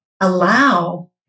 allow